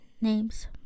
names